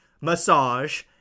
massage